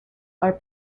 are